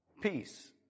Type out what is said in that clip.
Peace